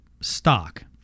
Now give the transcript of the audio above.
stock